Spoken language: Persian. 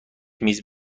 میز